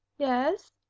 yes.